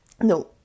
No